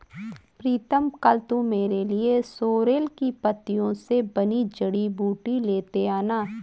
प्रीतम कल तू मेरे लिए सोरेल की पत्तियों से बनी जड़ी बूटी लेते आना